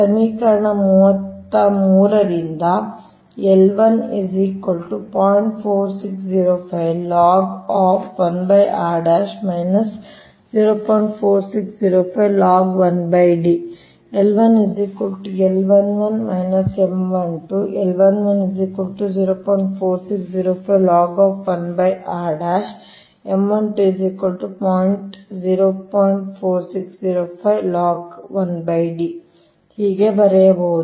ಸಮೀಕರಣ 33 ರಿಂದ ಹೀಗೆ ಬರೆಯಬಹುದು